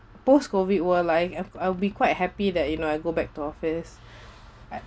post-COVID world life I'll be quite happy that you know I go back to office I